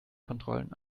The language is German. kontrollen